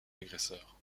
agresseur